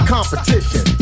Competition